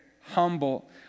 humble